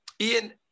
ian